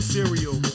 Cereal